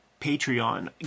patreon